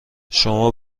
شما